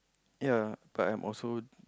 ya but I'm also